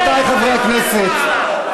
קרה כאן לפנינו דבר חמור, דבר חמור, לך.